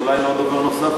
ואולי לדובר נוסף,